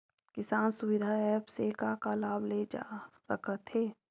किसान सुविधा एप्प से का का लाभ ले जा सकत हे?